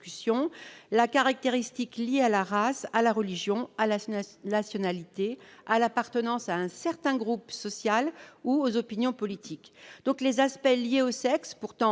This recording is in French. la caractéristique liée à la race, à la religion, à la nationalité, à l'appartenance à un certain groupe social ou aux opinions politiques ». Par conséquent, les aspects liés au sexe, pourtant